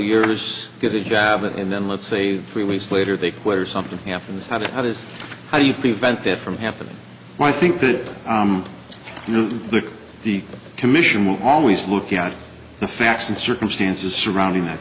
years get a jab and then let's say three ways later they quit or something happens that is how do you prevent that from happening so i think that you know the the commission will always look at the facts and circumstances surrounding that